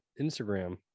Instagram